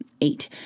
eight